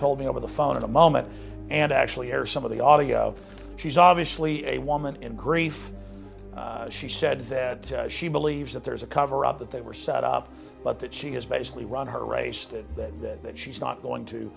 told me over the phone in a moment and actually hear some of the audio she's obviously a woman in grief she said that she believes that there's a cover up that they were set up but that she has basically run her race that that that she's not going to